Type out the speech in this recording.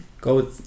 Go